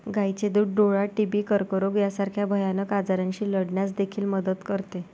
गायीचे दूध डोळा, टीबी, कर्करोग यासारख्या भयानक आजारांशी लढण्यास देखील मदत करते